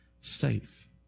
safe